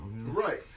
Right